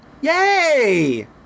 yay